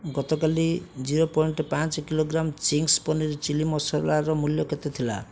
ଗତକାଲି zero point ପାଞ୍ଚ kilogram Ching's paneer chilli ମସଲାର ମୂଲ୍ୟ କେତେ ଥିଲା